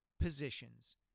positions